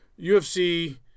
UFC